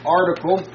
article